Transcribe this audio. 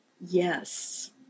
yes